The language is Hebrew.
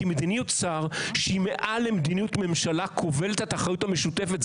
כי מדיניות שר שהיא מעל למדיניות ממשלה כובלת את האחריות המשותפת.